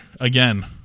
again